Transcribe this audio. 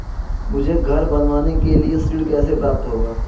मुझे घर बनवाने के लिए ऋण कैसे प्राप्त होगा?